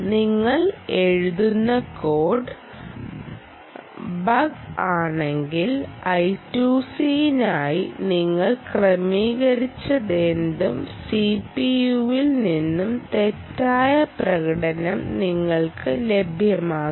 നിങ്ങൾ എഴുതുന്ന code bug ആണെങ്കിൽ I2C നായി നിങ്ങൾ ക്രമീകരിച്ചതെന്തും സിപിയുവിൽ നിന്നും തെറ്റായ പ്രകടനം നിങ്ങൾക്ക് ലഭിക്കും